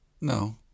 no